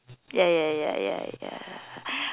ya ya ya ya ya